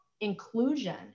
inclusion